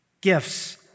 gifts